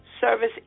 service